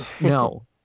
No